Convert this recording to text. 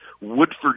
Woodford